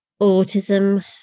autism